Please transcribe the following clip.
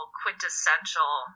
quintessential